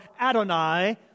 Adonai